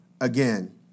again